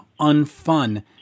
unfun